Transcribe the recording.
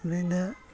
ओमफ्राय दा